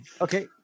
Okay